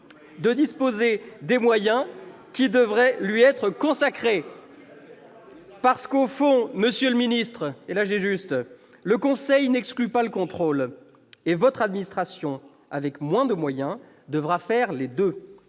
ne dispose pas des moyens qui devraient lui être consacrés. Au fond, monsieur le secrétaire d'État, le conseil n'exclut pas le contrôle. Et votre administration, avec moins de moyens, devra faire les deux.